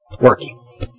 working